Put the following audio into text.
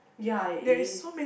ya it is